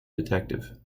detective